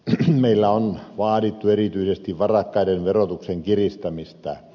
meillä on vaadittu erityisesti varakkaiden verotuksen kiristämistä